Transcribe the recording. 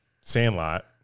Sandlot